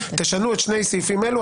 שנו את שני הסעיפים האלה,